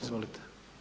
Izvolite.